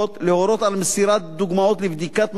להורות על מסירת דוגמאות לבדיקת מעבדה,